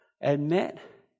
Admit